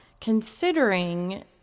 considering